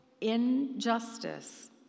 injustice